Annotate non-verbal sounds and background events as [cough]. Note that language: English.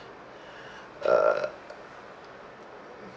[breath] uh